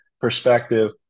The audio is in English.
perspective